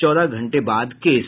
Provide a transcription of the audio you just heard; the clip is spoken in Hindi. चौदह घंटे बाद केस